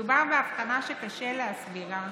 מדובר בהבחנה שקשה להסבירה